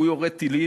הוא יורה טילים,